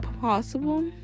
possible